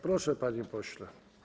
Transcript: Proszę, panie pośle.